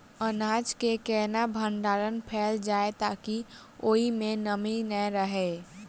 अनाज केँ केना भण्डारण कैल जाए ताकि ओई मै नमी नै रहै?